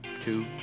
two